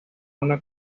una